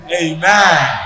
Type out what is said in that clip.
Amen